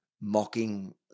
mocking